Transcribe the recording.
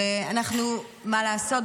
ומה לעשות,